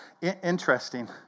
interesting